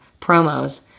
promos